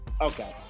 okay